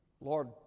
Lord